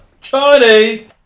Chinese